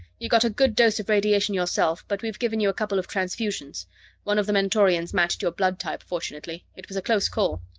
you got a good dose of radiation yourself, but we've given you a couple of transfusions one of the mentorians matched your blood type, fortunately. it was a close call.